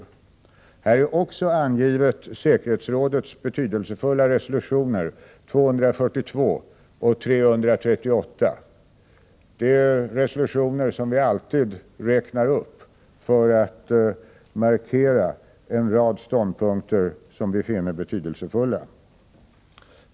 Här anges också säkerhetsrådets betydelsefulla resolutioner 242 och 338. Det är resolutioner som vi alltid räknar upp för att markera en rad ståndpunkter som vi finner betydelsefulla.